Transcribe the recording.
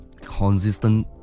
consistent